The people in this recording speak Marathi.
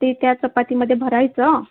ते त्या चपातीमध्ये भरायचं